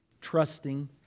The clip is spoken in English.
trusting